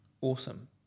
Awesome